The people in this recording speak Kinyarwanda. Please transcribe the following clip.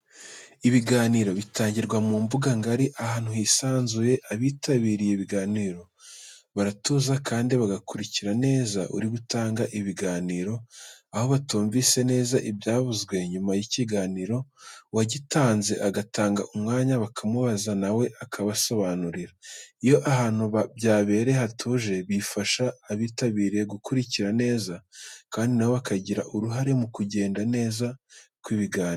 Ibiganiro bitangirwa mu mbuga ngari, ahantu hisanzuye, abitabiriye ibiganiro baratuza kandi bagakurikira neza uri gutanga ibiganiro, aho batumvise neza ibyavuzwe nyuma y'ikiganiro, uwagitanze atanga umwanya bakamubaza na we akabasobanurira. Iyo ahantu byabereye hatuje bifasha abitabiriye gukurikira neza kandi na bo bakagira uruhare mu kugenda neza kw'ibiganiro.